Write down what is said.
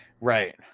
Right